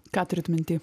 ką turit minty